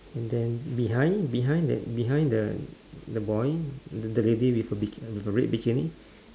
and then behind behind the behind the the boy t~ the lady with the biki~ with a red bikini